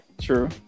True